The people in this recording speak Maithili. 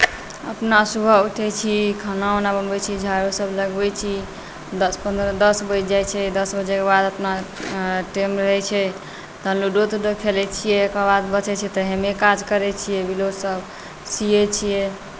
अपना सुबह उठैत छी खाना ओना बनबैत छी झाड़ूसभ लगबैत छी दस पन्द्रह दस बाजि जाइत छै दस बजेके बाद अपना टाइम रहैत छै तहन लूडो तूडो खेलैत छियै एकरा बाद बचैत छै तऽ हेमे काज करैत छियै ब्लाउजसभ सियैत छियै